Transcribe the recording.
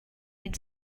den